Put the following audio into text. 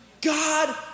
God